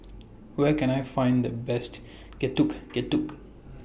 Where Can I Find The Best Getuk Getuk